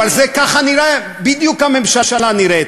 אבל זה ככה נראה, בדיוק כך הממשלה נראית,